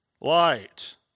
Light